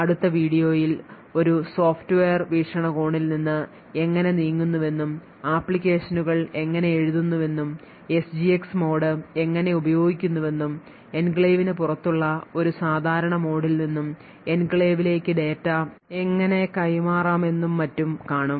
അടുത്ത വീഡിയോയിൽ ഒരു സോഫ്റ്റ്വെയർ വീക്ഷണകോണിൽ നിന്ന് എങ്ങനെ നീങ്ങുന്നുവെന്നും ആപ്ലിക്കേഷനുകൾ എങ്ങനെ എഴുതുന്നുവെന്നും എസ്ജിഎക്സ് മോഡ് എങ്ങനെ ഉപയോഗിക്കുന്നുവെന്നും എൻക്ലേവിന് പുറത്തുള്ള ഒരു സാധാരണ മോഡിൽ നിന്ന് എൻക്ലേവിലേക്ക് ഡാറ്റ എങ്ങനെ കൈമാറാമെന്നും മറ്റും കാണും